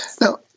Now